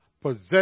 possess